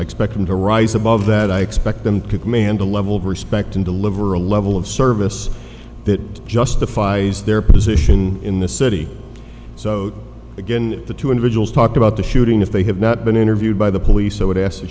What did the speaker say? expect them to rise above that i expect them to command a level of respect and deliver a level of service that justifies their position in the city so again the two individuals talked about the shooting if they have not been interviewed by the police i would ask